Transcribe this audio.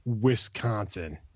Wisconsin